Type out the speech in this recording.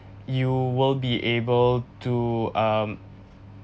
you will be able to um